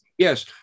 Yes